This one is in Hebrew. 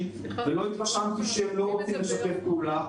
ולא התרשמתי שהם לא רוצים לשתף פעולה.